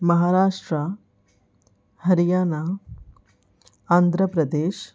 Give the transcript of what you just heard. Maharashtra Haryana Andhra Pradesh